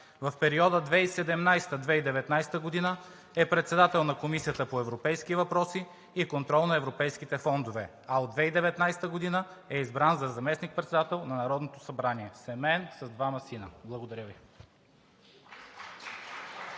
В периода 2017 – 2019 г. е председател на Комисията по европейски въпроси и контрол на европейските фондове, а от 2019 г. е избран за заместник-председател на Народното събрание. Семеен, с двама сина. Благодаря Ви.